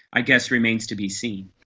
i guess remains to be seen.